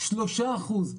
שלושה אחוז.